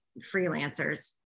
freelancers